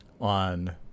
on